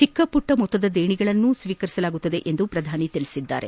ಚಿಕ್ಕಮಟ್ಟ ಮೊತ್ತದ ದೇಣಿಗೆಗಳನ್ನೂ ಸ್ವೀಕರಿಸಲಾಗುವುದು ಎಂದು ಅವರು ತಿಳಿಸಿದ್ದಾರೆ